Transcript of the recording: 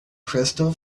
crystal